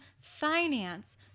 finance